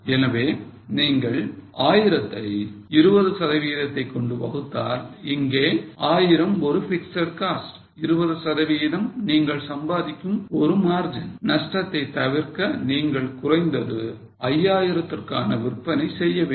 எனவே நீங்கள் 1000 ஐ 20 சதவிகிதத்தை கொண்டு வகுத்தால் இங்கே 1000 ஒரு பிக்ஸட் காஸ்ட் 20 சதவிகிதம் நீங்கள் சம்பாதிக்கும் ஒரு margin நஷ்டத்தை தவிர்க்க நீங்கள் குறைந்தது 5000 க்கான விற்பனை செய்ய வேண்டும்